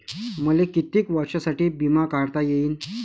मले कितीक वर्षासाठी बिमा काढता येईन?